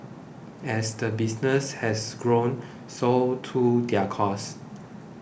as the business has grown so too their costs